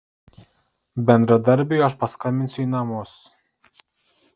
bendradarbiui aš paskambinsiu į namus